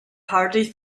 hardly